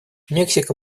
мексика